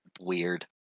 Weird